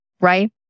right